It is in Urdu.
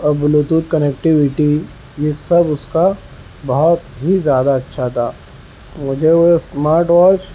اور بلوٹوتھ کنیکٹیوٹی یہ سب اس کا بہت ہی زیادہ اچھا تھا مجھے وہ اسمارٹ واچ